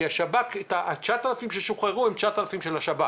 כי ה-9,000 ששוחררו, הם 9,000 של השב"כ.